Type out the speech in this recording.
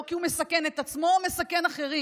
כי הוא מסכן את עצמו או מסכן אחרים.